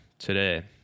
today